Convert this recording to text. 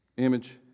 image